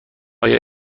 آیا